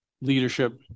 leadership